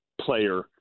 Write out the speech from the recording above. player